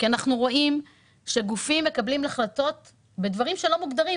אנחנו רואים שגופים מקבלים החלטות בדברים שלא מוגדרים.